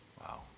Wow